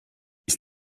ist